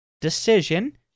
decision